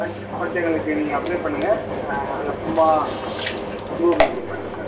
time choose பண்ணிகிட்டு எங்களுக்கு நீங்கள் அப்ளை பண்ணுங்க அதுக்கப்புறமா கூகுள் பே பண்ணியிருங்க